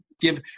give